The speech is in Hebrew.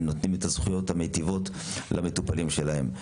נותנים את הזכויות המיטיבות למטופלים שלהם.